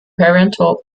parental